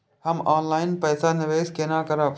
हम ऑनलाइन पैसा निवेश केना करब?